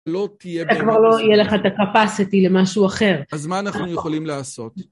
לא תהיה בין.. כבר לא יהיה לך את הקפסיטי למשהו אחר. אז מה אנחנו יכולים לעשות?